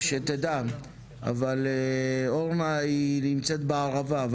אבל אורנה היא בערבה.